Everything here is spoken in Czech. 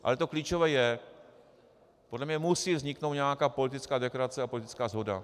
A to klíčové je podle mě musí vzniknout nějaká politická deklarace a politická shoda.